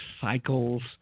cycles